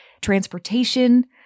transportation